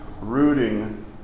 rooting